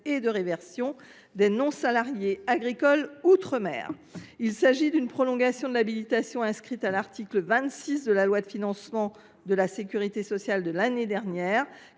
et de réversion des non salariés agricoles outre mer. Il s’agit d’une prolongation de l’habilitation inscrite à l’article 26 de la loi de financement de la sécurité sociale de l’année dernière,